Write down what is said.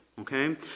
okay